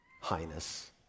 Highness